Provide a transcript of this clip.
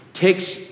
takes